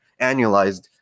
annualized